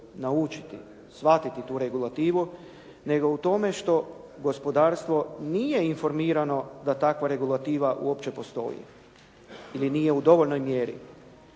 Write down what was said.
naučiti, shvatiti tu regulativu, nego u tome što gospodarstvo nije informirano da takva regulativa uopće postoji ili nije u dovoljnoj mjeri.